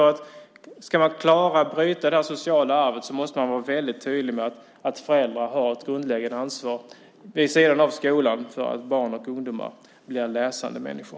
Om man ska klara att bryta detta sociala arv ska man vara väldigt tydlig med att föräldrar vid sidan av skolan har ett grundläggande ansvar för att barn och ungdomar blir läsande människor.